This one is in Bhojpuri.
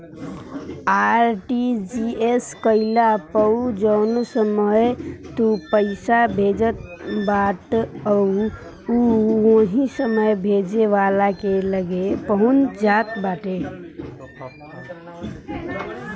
आर.टी.जी.एस कईला पअ जवने समय तू पईसा भेजत बाटअ उ ओही समय भेजे वाला के लगे पहुंच जात बाटे